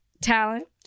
Talent